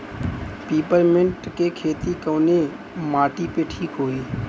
Peppermint के खेती कवने माटी पे ठीक होई?